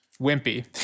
Wimpy